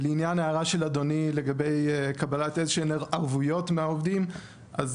לעניין ההערה של אדוני לקבלת איזשהן ערבויות מהעובדים אז